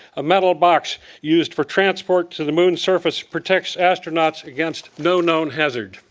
a metal box used for transport to the moon's surface protects astronauts against no known hazard.